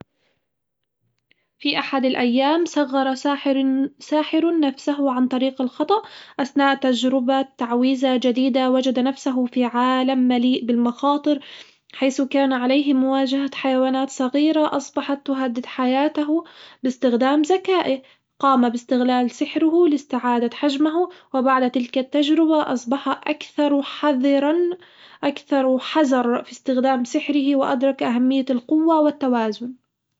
في أحد الأيام، صغّر ساحر ساحر نفسه عن طريق الخطأ أثناء تجربة تعويذة جديدة وجد نفسه في عالم مليء بالمخاطر حيث كان عليه مواجهة حيوانات صغيرة أصبحت تهدد حياته باستخدام ذكائه قام باستغلال سحره لاستعادة حجمه، وبعد تلك التجربة أصبح أكثر حذرًا أكثر حذر في استخدام سحره، وأدرك اهمية القوة والتوازن.